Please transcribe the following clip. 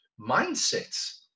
mindsets